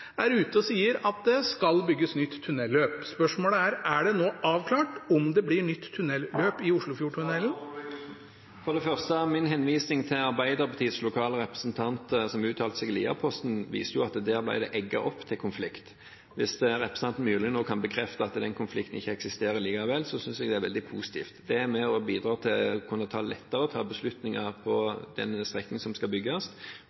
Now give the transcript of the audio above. er ute og sier at det skal bygges nytt tunnelløp. Spørsmålet er: Er det nå avklart om det blir nytt tunnelløp i Oslofjordtunnelen? For det første til min henvisning til Arbeiderpartiets lokale representant som uttalte seg i Lierposten. Det viser jo at der ble det egget opp til konflikt. Hvis representanten Myrli nå kan bekrefte at den konflikten ikke eksisterer likevel, synes jeg det er veldig positivt. Det er med og bidrar til lettere å kunne ta beslutninger på en strekning som skal bygges,